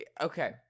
Okay